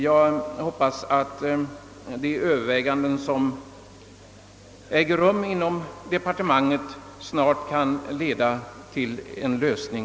Jag hoppas att de överväganden som äger rum inom departementet snart skall leda till en lösning.